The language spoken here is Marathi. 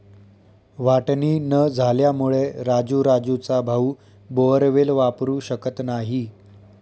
वाटणी न झाल्यामुळे राजू राजूचा भाऊ बोअरवेल वापरू शकत नाही